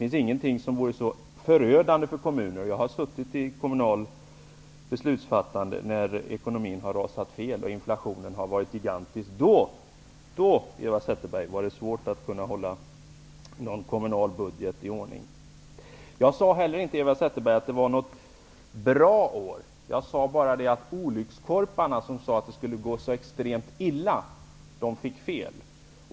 Jag har suttit i kommunal beslutsfattande ställning när ekonomin har rasat och inflationen har varit gigantiskt hög, och det finns ingenting mer förödande för kommuner. Vid sådana tillfällen, Eva Zetterberg, är det svårt att hålla någon kommunal budget i ordning. Jag sade inte Eva Zetterberg, att 1992 var ett bra år. Jag sade att de olyckskorpar som sade att det skulle gå extremt illa fick fel.